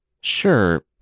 Sure